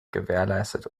gewährleistet